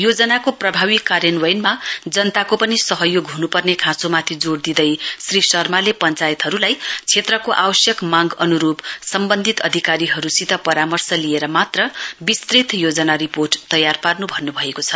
योजनाको प्रभावी कार्यान्वयनमा जनताको पनि सहयोग हुनुपर्ने खाँचोमाथि जोड दिँदै श्री शर्माले पञ्चायतहरूलाई क्षेत्रको आवश्यक मांग अनुरूप सम्बन्धित अधिकारीहरूसित परामर्श लिएर मात्र विस्तृत योजना रिपोर्ट तयार पार्नु भन्नु भएको छ